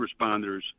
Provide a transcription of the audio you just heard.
responders